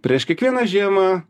prieš kiekvieną žiemą